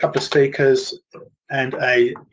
couple of speakers, and a